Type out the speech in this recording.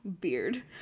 beard